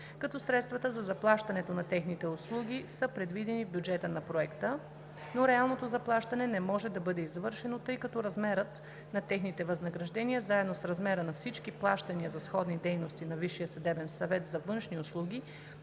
като средствата за заплащането на техните услуги са предвидени в бюджета на проекта, но реалното заплащане не може да бъде извършено, тъй като размерът на техните възнаграждения заедно с размера на всички плащания за сходни дейности на Висшия